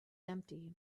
empty